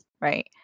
right